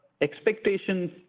expectations